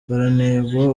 baranengwa